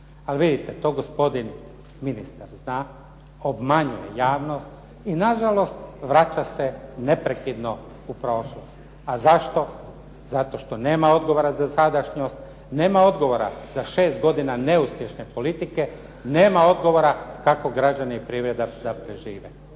Ali vidite, to gospodin ministar zna, obmanjuje javnost i na žalost vraća se neprekidno u prošlost. A zato? Zato što nema odgovora za sadašnjost, nema odgovora za 6 godina neuspješne politike, nema odgovora kako građani i privreda da prežive.